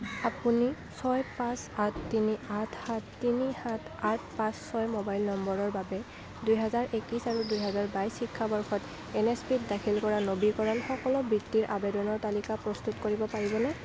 আপুনি ছয় পাঁচ আঠ তিনি আঠ সাত তিনি সাত আঠ পাঁচ ছয় মোবাইল নম্বৰৰ বাবে দুহেজাৰ একৈছ আৰু দুহেজাৰ বাইছ শিক্ষাবৰ্ষত এনএছপিত দাখিল কৰা নবীকৰণ সকলো বৃত্তিৰ আবেদনৰ তালিকা প্ৰস্তুত কৰিব পাৰিবনে